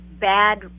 bad